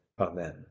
amen